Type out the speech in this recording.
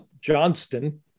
Johnston